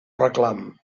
reclam